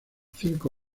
cinco